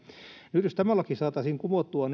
jos tämä laki saataisiin kumottua